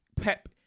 Pep